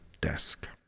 desk